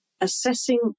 assessing